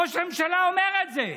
ראש הממשלה אומר את זה,